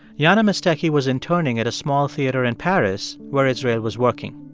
jana mestecky was interning at a small theater in paris where israel was working.